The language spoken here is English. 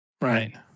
Right